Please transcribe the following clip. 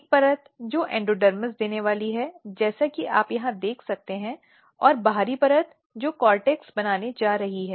एक परत जो एंडोडर्मिस देने वाली है जैसा कि आप यहाँ देख सकते हैं और बाहरी परत जो कोर्टेक्स बनाने जा रही है